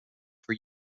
for